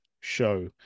show